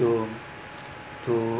to to